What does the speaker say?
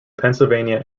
pennsylvania